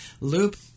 loop